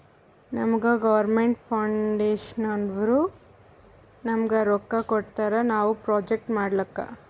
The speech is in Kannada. ನಮುಗಾ ಗೌರ್ಮೇಂಟ್ ಫೌಂಡೇಶನ್ನವ್ರು ನಮ್ಗ್ ರೊಕ್ಕಾ ಕೊಡ್ತಾರ ನಾವ್ ಪ್ರೊಜೆಕ್ಟ್ ಮಾಡ್ಲಕ್